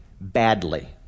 badly